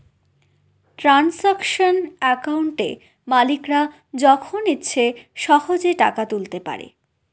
transaction একাউন্টে মালিকরা যখন ইচ্ছে সহেজে টাকা তুলতে পারে